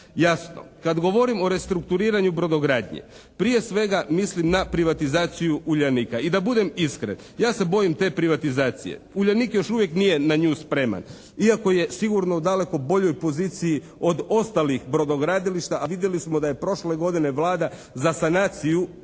Jasno, kad govorim o restrukturiranju brodogradnje prije svega mislim na privatizaciju “Uljanika“. I da budem iskren ja se bojim te privatizacije. “Uljanik“ još uvijek nije na nju spreman, iako je sigurno u daleko boljoj poziciji od ostalih brodogradilišta a vidjeli smo da je prošle godine Vlada za sanaciju dala